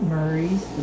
Murray's